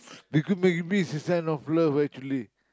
because maggi-mee is a sign of love actually